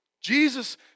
Jesus